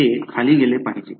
ते खाली गेले पाहिजे